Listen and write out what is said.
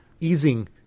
easing